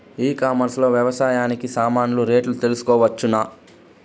ఈ కామర్స్ లో వ్యవసాయానికి సామాన్లు రేట్లు తెలుసుకోవచ్చునా?